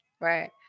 Right